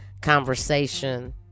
conversation